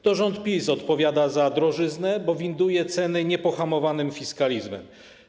To rząd PiS odpowiada za drożyznę, bo winduje ceny niepohamowanym fiskalizmem.